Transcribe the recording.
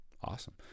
Awesome